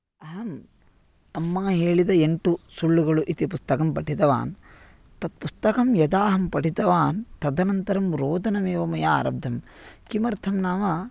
अहं अम्मा हेळिद एण्टु सुळ्ळुगळु इति पुस्तकं पठितवान् तत् पुस्तकं यदाहं पठितवान् तदनन्तरं रोदनमेव मया आरब्धं किमर्थं नाम